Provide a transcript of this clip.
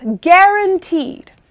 guaranteed